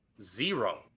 zero